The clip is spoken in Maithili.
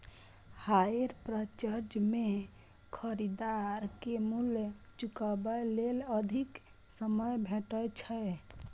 हायर पर्चेज मे खरीदार कें मूल्य चुकाबै लेल अधिक समय भेटै छै